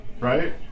right